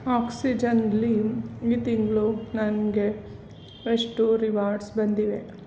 ಆಕ್ಸಿಜನಲ್ಲಿ ಈ ತಿಂಗಳು ನನಗೆ ಎಷ್ಟು ರಿವಾರ್ಡ್ಸ್ ಬಂದಿವೆ